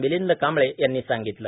मिलिंद कांबळे यांनी सांगितले